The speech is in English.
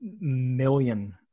million